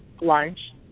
lunch